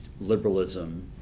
liberalism